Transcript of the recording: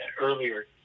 earlier